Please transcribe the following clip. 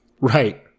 Right